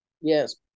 Yes